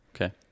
Okay